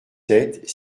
sept